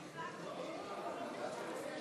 הסתייגות מס'